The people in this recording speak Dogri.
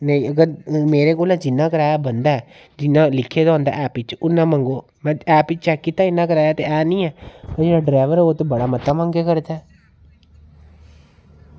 नेईं अगर मेरे कोला जिन्ना कराया बनदा ऐ जिन्ना लिखे दा होंदा ऐप च उन्ना मंगो में ऐप च चेक कीता इन्ना कराया ते ऐ निं ऐ ते जेह्ड़ा डरैबर ओह् ते बड़ा मता मंगा करदा ऐ